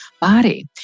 body